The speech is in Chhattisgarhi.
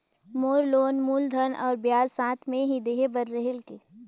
मोर लोन मूलधन और ब्याज साथ मे ही देहे बार रेहेल की?